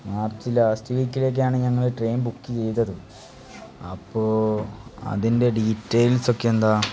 March last വീക്കിലൊക്കെയാണ് ഞങ്ങൾ train book ചെയ്തത് അപ്പോൾ അതിൻ്റെ ഡീറ്റെയിൽസൊക്കെ എന്താ